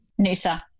Noosa